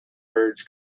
birds